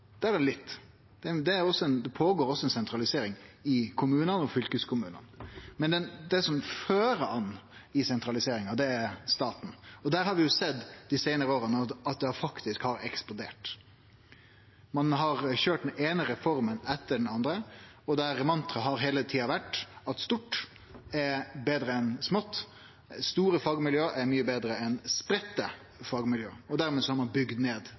fylkeskommunane. Men dei som fører an i sentraliseringa, er staten. Der har vi dei seinare åra sett at det har eksplodert. Ein har køyrt den eine reforma etter den andre, og mantraet har heile tida vore at stort er betre enn smått, store fagmiljø er mykje betre enn spreidde fagmiljø – og dermed har ein bygd ned